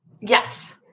Yes